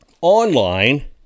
Online